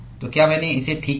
तो क्या मैंने इसे ठीक किया